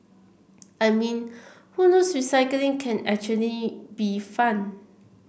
I mean who knows recycling can actually be fun